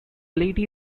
lady